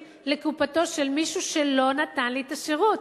לקופתו של מישהו שלא נתן לי את השירות.